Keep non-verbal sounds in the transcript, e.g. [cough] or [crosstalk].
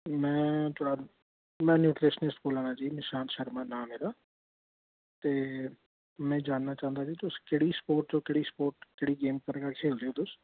में थुआढ़ा में न्यूट्रीनिस्ट बोला ना जी निशांत शर्मा नांऽ मेरा ते में जानना चांह्दा जी तुस केह्ड़ी स्पोर्ट्स च ओ केह्ड़ी स्पोर्टस केह्ड़ी [unintelligible] गेम्स च खेलदे ओ तुस